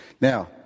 Now